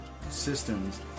systems